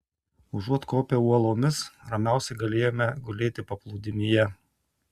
užuot kopę uolomis ramiausiai galėjome gulėti paplūdimyje